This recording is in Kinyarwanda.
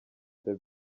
the